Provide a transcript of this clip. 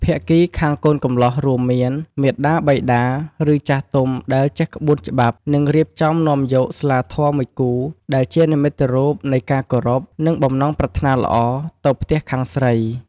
ភាគីខាងកូនកំលោះ រួមមាន មាតាបិតា ឬ ចាស់ទុំ ដែលចេះក្បួនច្បាប់ នឹងរៀបចំនាំយក ស្លាធម៌មួយគូ ដែលជានិមិត្តរូបនៃការគោរព និងបំណងប្រាថ្នាល្អទៅភ្ទះខាងស្រី។